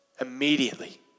Immediately